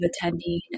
attending